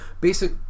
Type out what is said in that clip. Basic